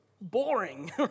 boring